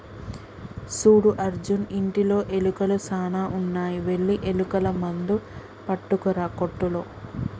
సూడు అర్జున్ ఇంటిలో ఎలుకలు సాన ఉన్నాయి వెళ్లి ఎలుకల మందు పట్టుకురా కోట్టులో